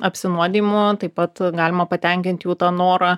apsinuodijimo taip pat galima patenkint jų tą norą